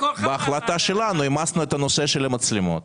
בהחלטה שלנו גם העמסנו את הנושא של מצלמות